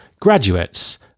graduates